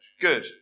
good